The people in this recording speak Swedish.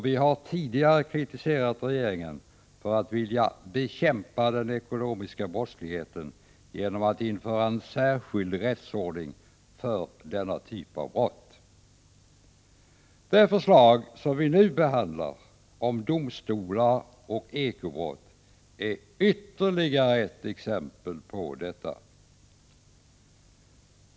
Vi har tidigare kritiserat regeringen för att vilja bekämpa den ekonomiska brottsligheten genom att införa en särskild rättsordning för denna typ av brott. Det förslag som vi nu behandlar rörande domstolar och ekobrott är ytterligare ett exempel på detta.